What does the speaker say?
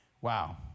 Wow